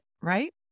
right